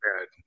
bad